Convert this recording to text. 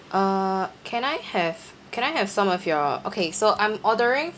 uh can I have can I have some of your okay so I'm ordering